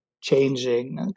changing